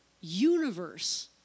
universe